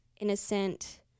innocent